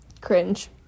cringe